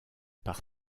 par